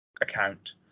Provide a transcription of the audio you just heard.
account